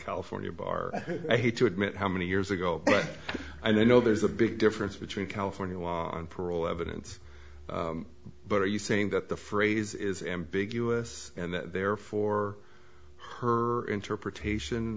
california bar i had to admit how many years ago i know there's a big difference between california law on parole evidence but are you saying that the phrase is ambiguous and that therefore her interpretation